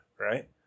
Right